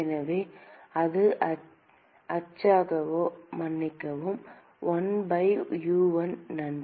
எனவே அது அச்சச்சோ மன்னிக்கவும் 1 by U1 நன்றி